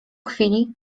chwili